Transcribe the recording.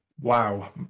wow